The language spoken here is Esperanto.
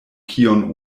kiun